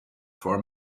for